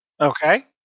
Okay